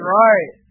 right